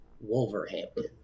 Wolverhampton